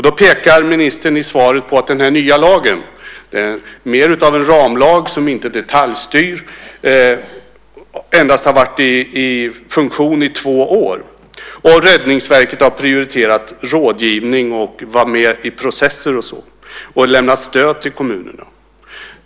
Då pekar ministern i svaret på att den här nya lagen, mer av en ramlag som inte detaljstyr, endast har varit i funktion i två år. Räddningsverket har prioriterat rådgivning, att vara med i processer och sådant och lämnat stöd till kommunerna.